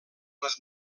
les